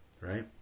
Right